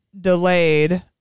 delayed